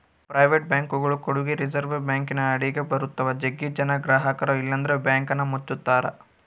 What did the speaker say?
private ಬ್ಯಾಂಕ್ಗಳು ಕೂಡಗೆ reserve ಬ್ಯಾಂಕಿನ ಅಡಿಗ ಬರುತ್ತವ, ಜಗ್ಗಿ ಜನ ಗ್ರಹಕರು ಇಲ್ಲಂದ್ರ ಬ್ಯಾಂಕನ್ನ ಮುಚ್ಚುತ್ತಾರ